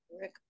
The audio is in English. Rick